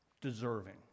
deserving